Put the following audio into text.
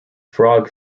frog